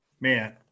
man –